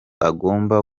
agomba